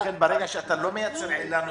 לכן ברגע שאתה לא מייצר עילה נוספת,